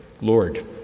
Lord